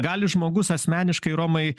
gali žmogus asmeniškai romai